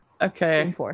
Okay